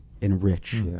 enrich